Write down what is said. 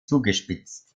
zugespitzt